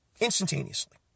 instantaneously